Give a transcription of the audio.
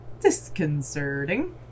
Disconcerting